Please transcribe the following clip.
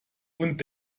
und